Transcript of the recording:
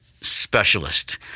specialist